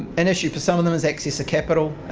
an issue for some of them is access to capital,